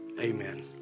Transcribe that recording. Amen